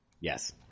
Yes